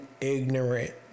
ignorant